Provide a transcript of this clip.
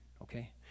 Okay